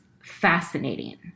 Fascinating